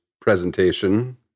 presentation